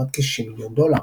תמורת כ-60 מיליון דולר.